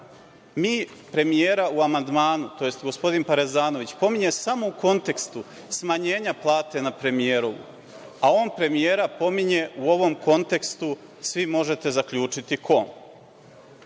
Mi premijera u amandmanu, tj. gospodin Parezanović, pominjemo samo u kontekstu smanjenja plate na premijerovu, a on premijera pominje u ovom kontekstu, svi možete zaključiti u kom.